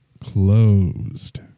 closed